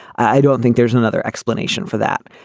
i don't think there's another explanation for that.